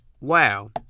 wow